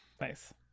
Nice